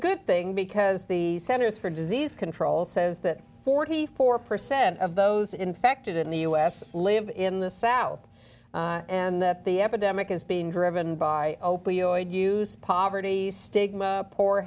a good thing because the centers for disease control says that forty four percent of those infected in the us live in the south and that the epidemic is being driven by opioid use poverty stigma poor